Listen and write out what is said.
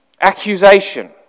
accusation